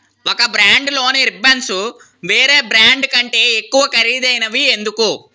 ఒక బ్రాండ్లోని రిబ్బన్సు వేరే బ్రాండు కంటే ఎక్కువ ఖరీదైనవి ఎందుకు